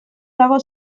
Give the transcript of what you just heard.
dago